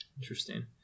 Interesting